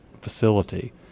facility